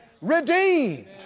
redeemed